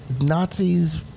Nazis